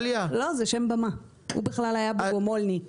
אני אכיר לכם אותי: קוראים לי ענבל ג'וריני פרץ,